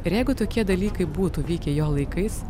ir jeigu tokie dalykai būtų vykę jo laikais